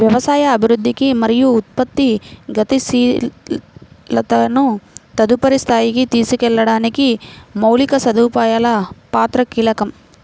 వ్యవసాయ అభివృద్ధికి మరియు ఉత్పత్తి గతిశీలతను తదుపరి స్థాయికి తీసుకెళ్లడానికి మౌలిక సదుపాయాల పాత్ర కీలకం